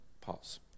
pause